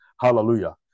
Hallelujah